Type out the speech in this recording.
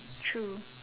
true